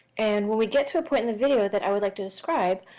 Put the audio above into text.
and when we get to a point in the video that i'd like to describe,